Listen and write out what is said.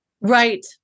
Right